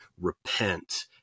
repent